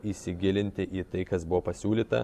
įsigilinti į tai kas buvo pasiūlyta